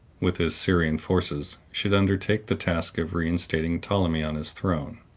with his syrian forces, should undertake the task of reinstating ptolemy on his throne.